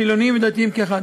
חילונים ודתיים כאחד.